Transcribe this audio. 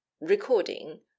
Recording